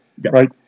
right